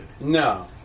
No